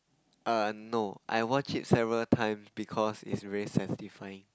err no I watch it several times because it's very satisfying